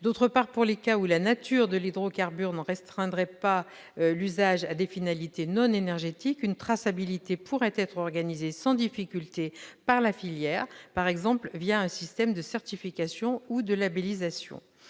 D'autre part, pour les cas où la nature de l'hydrocarbure n'en restreindrait pas l'usage à des finalités non énergétiques, une traçabilité pourrait être organisée sans difficulté par la filière, par exemple un système de certification ou de labellisation.